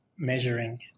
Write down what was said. Measuring